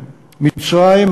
מצרים,